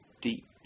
Deep